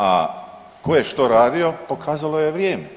A tko je što radio pokazalo je vrijeme.